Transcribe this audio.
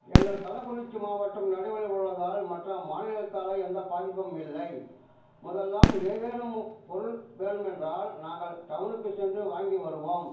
எங்கள் கள்ளக்குறிச்சி மாவட்டம் நடுவில் உள்ளதால் மற்ற மாநிலத்தால் எந்த பாதிப்பும் இல்லை முதலெலாம் ஏதேனும் மு பொருள் வேணுமென்றால் நாங்கள் டவுனுக்கு சென்று வாங்கி வருவோம்